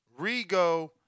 Rigo